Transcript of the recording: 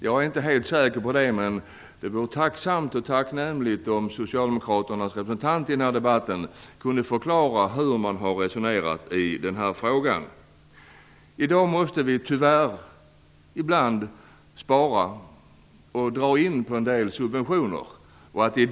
Jag är inte helt säker på det. Det vore tacknämligt om socialdemokraternas representant i denna debatt kunde förklara hur man har resonerat i den här frågan. I dag måste vi tyvärr ibland spara och dra in på en del subventioner.